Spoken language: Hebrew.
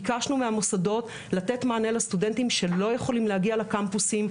ביקשנו מהמוסדות לתת מענה לסטודנטים שלא יכולים להגיע לקמפוסים.